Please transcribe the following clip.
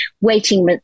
waiting